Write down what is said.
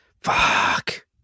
Fuck